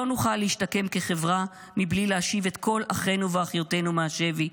לא נוכל להשתקם כחברה מבלי להשיב את כל אחינו ואחיותינו מהשבי,